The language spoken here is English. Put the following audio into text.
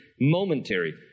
momentary